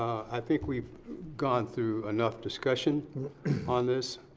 i think we've gone through enough discussion on this.